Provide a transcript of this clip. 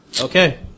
Okay